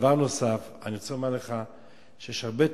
דבר נוסף, אני רוצה לומר לך שיש הרבה תלונות,